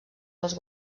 dels